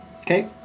Okay